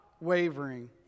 wavering